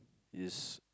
is